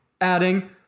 adding